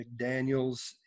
McDaniels